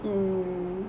you know